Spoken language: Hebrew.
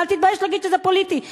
ואל תתבייש להגיד שזה פוליטי.